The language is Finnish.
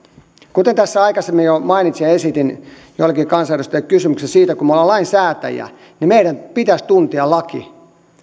tässä aikaisemmin jo mainitsin ja esitin joillekin kansanedustajille kysymyksen siitä että kun me olemme lainsäätäjiä niin meidän pitäisi tuntea lakia